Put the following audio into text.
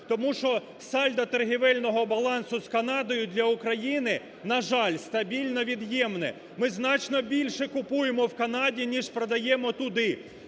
Тому що сальдо торгівельного балансу з Канадою для України, на жаль, стабільно від'ємне. Ми значно більше купуємо в Канаді, ніж продаємо туди.